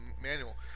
manual